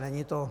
Není to...